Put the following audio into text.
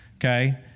okay